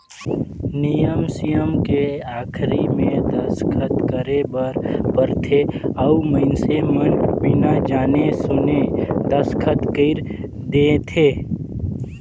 नियम सियम के आखरी मे दस्खत करे बर परथे अउ मइनसे मन बिना जाने सुन देसखत कइर देंथे